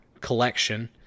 collection